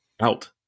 out